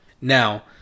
Now